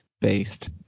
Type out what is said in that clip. based